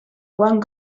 one